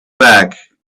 back